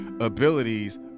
abilities